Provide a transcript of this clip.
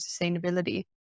sustainability